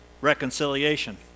reconciliation